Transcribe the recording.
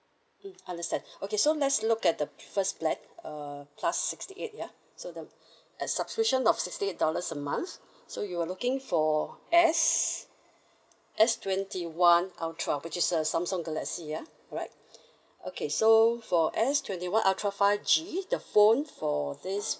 mm understand okay so let's look at the first plan uh plus sixty eight ya so the at subscription of sixty eight dollars a month so you are looking for S S twenty one ultra which is a samsung galaxy ya all right okay so for S twenty one ultra five G the phone for this